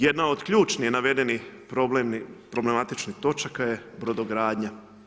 Jedna od ključnih navedenih problematičnih točaka je brodogradnja.